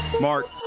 mark